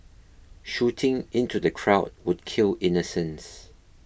shooting into the crowd would kill innocents